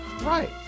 Right